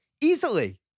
easily